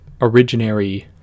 originary